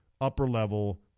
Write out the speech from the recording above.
upper-level